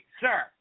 sir